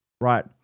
right